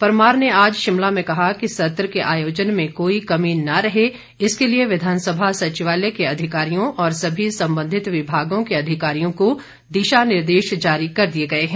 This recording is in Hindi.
परमार ने आज शिमला में कहा कि सत्र के आयोजन में कोई कमी न रहे इस के लिए विधानसभा सचिवालय के अधिकारियों और समी संबंधित विभागों के अधिकारियों को दिशा निर्देश जारी कर दिए गए हैं